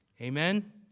amen